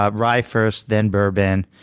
ah rye first, then bourbon,